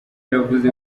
yavuze